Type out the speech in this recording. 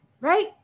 right